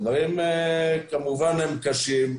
הדברים, כמובן הם קשים.